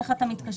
איך אתה מתקשר,